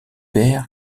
per